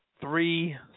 three